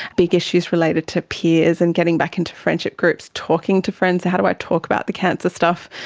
big issues related to peers and getting back into friendship groups, talking to friends. how do i talk about the cancer stuff?